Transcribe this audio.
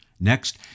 Next